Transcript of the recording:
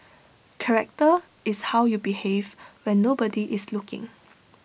character is how you behave when nobody is looking